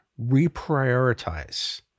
reprioritize